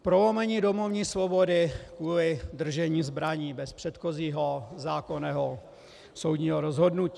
Prolomení domovní svobody kvůli držení zbraní bez předchozího zákonného soudního rozhodnutí.